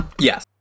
yes